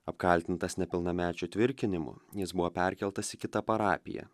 apkaltintas nepilnamečių tvirkinimu jis buvo perkeltas į kitą parapiją